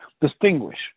distinguish